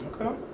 Okay